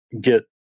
get